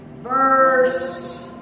verse